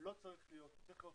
לא צריך להיות.